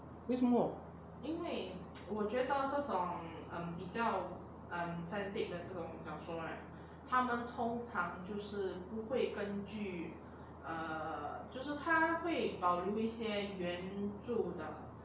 为什么